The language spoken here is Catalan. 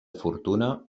fortuna